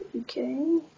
Okay